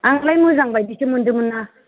आंलाय मोजां बायदिसो मोन्दोंमोन ना